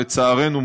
לצערנו,